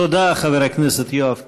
תודה, חבר הכנסת יואב קיש.